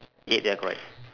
eight ya correct